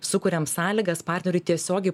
sukuriam sąlygas partneriui tiesiogiai